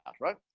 right